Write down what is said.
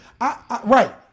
right